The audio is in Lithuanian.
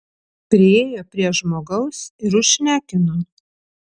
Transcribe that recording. priėjo prie žmogaus ir užšnekino